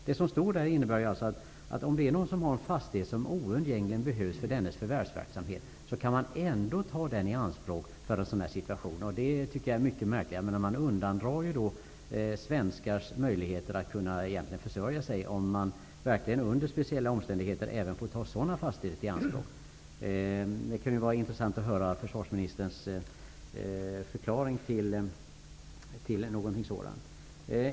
Det som står där innebär ju att en fastighet som någon oundgängligen behöver för sin förvärsvsverksamhet ändå kan tas i anspråk i en sådan här situation. Det är mycket märkligt. Man undandrar ju svenskars möjligheter att egentligen kunna försörja sig om man under speciella omständigheter även får ta sådana fastigheter i anspråk. Det kan vara intressant att höra försvarsministerns förklaring till detta.